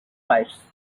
flights